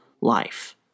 life